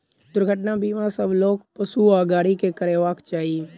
दुर्घटना बीमा सभ लोक, पशु आ गाड़ी के करयबाक चाही